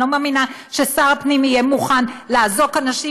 אני לא מאמינה ששר הפנים יהיה מוכן לאזוק אנשים